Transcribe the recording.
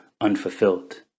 unfulfilled